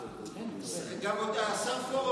גם השר פורר,